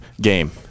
game